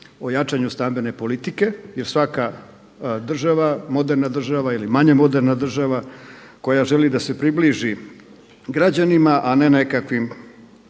o jačanju stambene politike jer svaka država, moderna država ili manje moderna država koja želi da se približi građanima a ne nekakvim